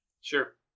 Sure